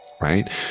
Right